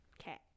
Okay